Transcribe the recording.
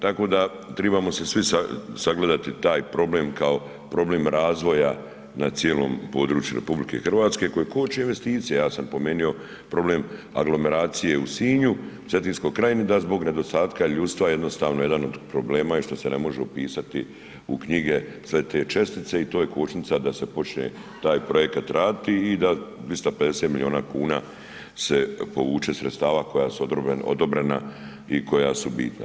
Tako da trebamo se svi sagledati taj problem kao problem razvoja na cijelom području RH koji koči investicije, ja sam spomenuo problem aglomeracije u Sinju, Cetinskoj krajini, da zbog nedostatka ljudstva jednostavno jedan od problema je što se ne može upisati u knjige sve te čestice i to je kočnica da se počne taj projekat raditi i da 250 milijuna kuna se povuče sredstava koja su odobrena i koja su bitna.